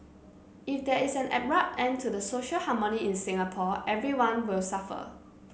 if there is an abrupt end to the social harmony in Singapore everyone will suffer